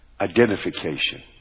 Identification